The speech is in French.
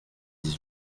dix